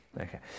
Okay